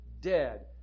dead